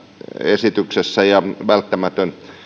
esityksessä ja välttämätön